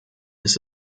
ist